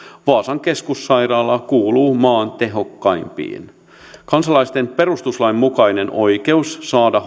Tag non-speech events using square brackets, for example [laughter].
vaasan keskussairaala kuuluu maan tehokkaimpiin kansalaisten perustuslain mukainen oikeus saada [unintelligible]